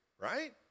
Right